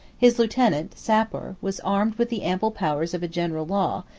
his lieutenant, sapor, was armed with the ample powers of a general law,